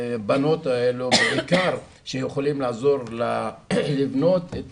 הבנות האלו בעיקר שיכולים לעזור לה לבנות את